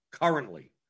Currently